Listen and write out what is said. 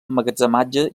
emmagatzematge